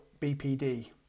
BPD